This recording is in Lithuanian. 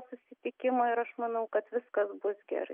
susitikimo ir aš manau kad viskas bus gerai